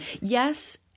Yes